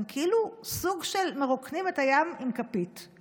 הם כאילו סוג של מרוקנים את הים עם כפית,